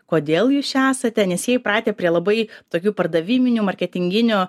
kodėl jūs čia esate nes jie įpratę prie labai tokių pardaviminių marketinginių